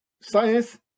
Science